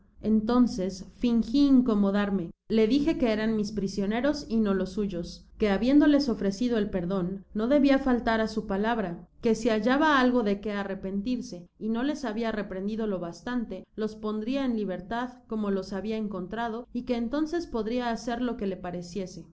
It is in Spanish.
entonees fingí incomodarme le dije que eran mis prisioneros y no ios suyos que ha biéndoles ofrecido el perdon nodebia faltar a su palabra que si hallaba algo de que arrepentirse y no les habia reprendido lo bastante los pondria en libertad como los habia encontrado y que entonces podria hacer lo que le pareciese